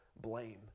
blame